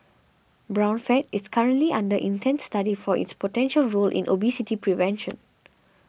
brown fat is currently under intense study for its potential role in obesity prevention